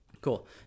Cool